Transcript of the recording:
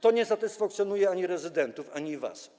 To nie satysfakcjonuje ani rezydentów, ani was.